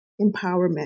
empowerment